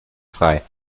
frei